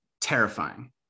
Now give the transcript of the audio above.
terrifying